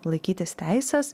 laikytis teises